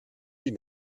die